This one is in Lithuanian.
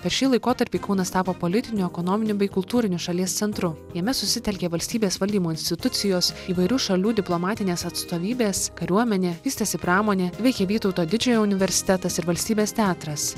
per šį laikotarpį kaunas tapo politiniu ekonominiu bei kultūriniu šalies centru jame susitelkė valstybės valdymo institucijos įvairių šalių diplomatinės atstovybės kariuomenė vystėsi pramonė veikė vytauto didžiojo universitetas ir valstybės teatras